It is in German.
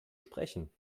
sprechen